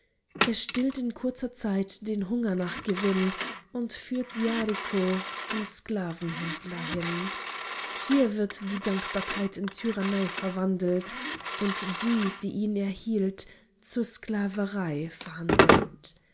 er stillt in kurzer zeit den hunger nach gewinn und führt yariko zum sklavenhändler hin hier wird die dankbarkeit in tyrannei verwandelt und die die ihn erhielt zur sklaverei verhandelt